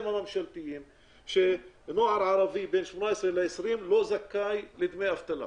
הממשלתיים שנוער ערבי בין 18 ל-20 לא זכאי לדמי אבטלה.